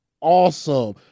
awesome